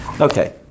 okay